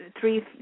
three